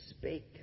speak